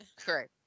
correct